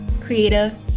creative